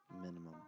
minimum